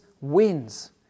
wins